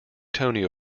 tony